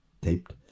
taped